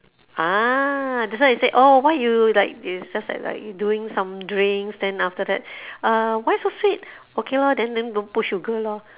ah that's why they say oh why you like this just like you doing some drinks then after that uh why so sweet okay lor then then don't put sugar lor